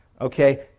Okay